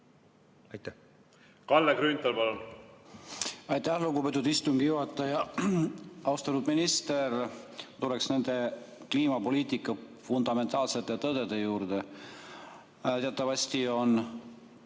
Kalle Grünthal, palun!